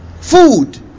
food